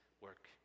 work